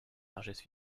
largesses